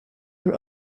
your